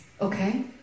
Okay